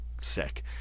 sick